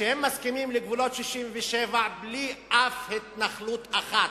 וכשהם מסכימים לגבולות 67' בלי אף התנחלות אחת,